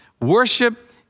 worship